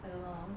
I don't know